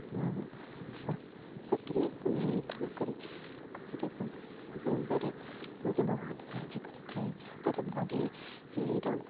ମୁଁ ଶ୍ୱାସକ୍ରିୟାକୁ ନିୟନ୍ତ୍ରଣ କରି ପୋଖରୀରେ ପହଁରିବାରେ ମୋତେ ବହୁତ ସାହାଯ୍ୟ କରିଥାଏ ଯାହା ଦ୍ୱାରା ବଡ଼ିର